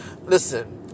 Listen